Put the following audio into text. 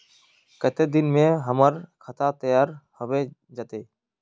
केते दिन में हमर खाता तैयार होबे जते?